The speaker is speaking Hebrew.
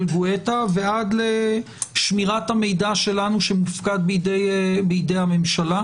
גואטה ועד לשמירת המידע שלנו שמופקד בידי הממשלה.